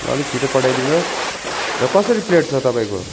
अलिक छिटो पठाइदिनुहोस् र कसरी प्लेट छ तपाईँको